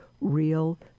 real